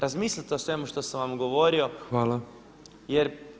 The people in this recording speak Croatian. Razmislite o svemu što sam vam govorio jer